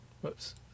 Whoops